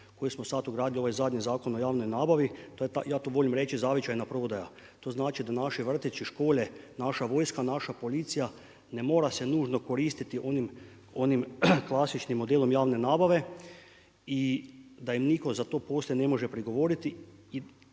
koje smo sad ugradili u ovaj zadnji Zakon o javnoj nabavi. Ja to volim reći zavičajna prodaja. To znači, da naši vrtići, škole, naša vojska, naša policija, ne mora se nužno koristiti onim klasičnim modelom javne nabave i da im nitko za to poslije ne može prigovoriti